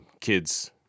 kids